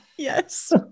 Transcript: Yes